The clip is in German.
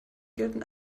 gelten